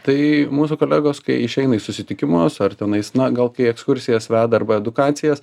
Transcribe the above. tai mūsų kolegos kai išeina į susitikimus ar tenais na gal kai ekskursijas veda arba edukacijas